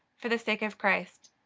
for the sake of christ.